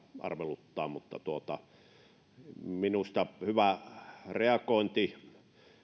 arveluttavat mutta minusta hyvä reagointi